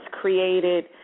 created